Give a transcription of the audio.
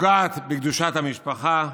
פוגעת בקדושת המשפחה,